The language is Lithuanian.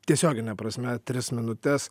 tiesiogine prasme tris minutes